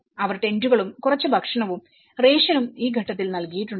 അവർ ടെന്റുകളും കുറച്ച് ഭക്ഷണവും റേഷനും ഈ ഘട്ടത്തിൽ നൽകിയിട്ടുണ്ട്